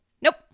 Nope